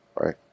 right